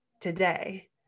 today